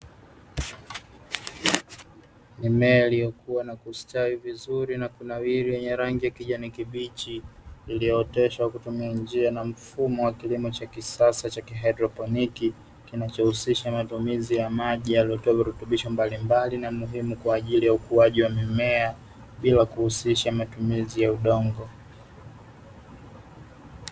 Mimea iliyokua na kustawi vizuri yenye rangi ha kijani kibichi, iliyooteshwa kwa kutumia njia na mfumo wa kilimo cha kisasa cha haidroponiki, kinachohusisha miti na maji yanayotoa virutubisho mbalimbali na muhimu kwa ajili ya ukuaji wa mimea bila kuhusisha matumizi ya udongo.